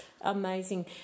amazing